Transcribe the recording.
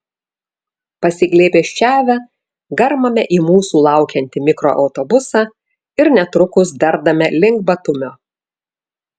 pasiglėbesčiavę garmame į mūsų laukiantį mikroautobusą ir netrukus dardame link batumio